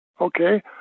Okay